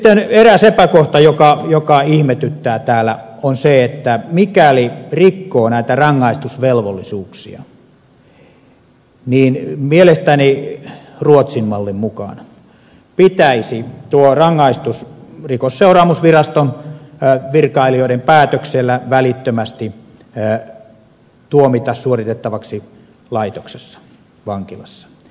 sitten eräs epäkohta joka ihmetyttää täällä on se että mikäli rikkoo näitä rangaistusvelvollisuuksia ruotsin mallin mukaan niin mielestäni pitäisi tuo rangaistus rikosseuraamusviraston virkailijoiden päätöksellä välittömästi tuomita suoritettavaksi vankilassa